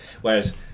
Whereas